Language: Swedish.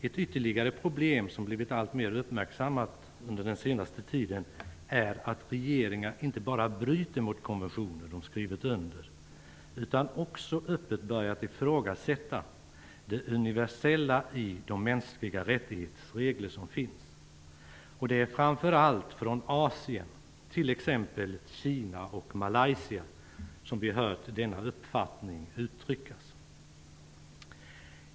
Ett ytterligare problem som blivit alltmer uppmärksammat under den senaste tiden är att regeringar inte bara bryter mot konventioner de skrivit under utan också öppet börjat ifrågasätta det universella i de regler för mänskliga rättigheter som finns. Det är framför allt från Asien, t.ex. Kina och Malaysia, som vi hört denna uppfattning uttryckas.